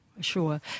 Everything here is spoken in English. Sure